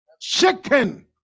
chicken